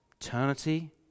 eternity